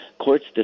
Courts